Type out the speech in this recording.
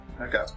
Okay